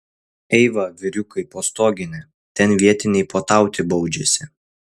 eiva vyriukai po stogine ten vietiniai puotauti baudžiasi